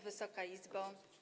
Wysoka Izbo!